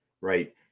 right